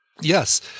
Yes